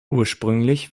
ursprünglich